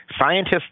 scientists